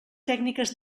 tècniques